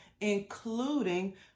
including